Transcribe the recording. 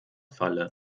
falle